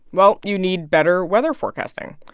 well, you need better weather forecasting.